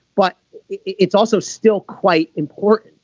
but it's also still quite important